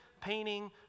painting